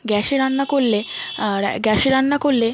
গ্যাসে রান্না করলে আর গ্যাসে রান্না করলে